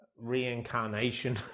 reincarnation